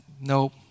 nope